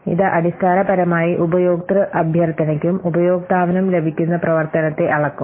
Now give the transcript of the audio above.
ഇത് അടിസ്ഥാനപരമായി ഉപയോക്തൃ അഭ്യർത്ഥനയ്ക്കും ഉപയോക്താവിനും ലഭിക്കുന്ന പ്രവർത്തനത്തെ അളക്കും